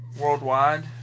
worldwide